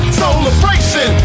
celebration